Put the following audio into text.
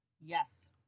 Yes